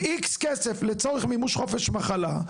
X כסף לצורך מימוש חופש מחלה.